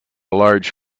large